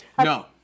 No